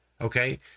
Okay